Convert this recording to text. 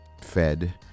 fed